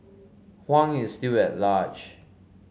Huang is still at large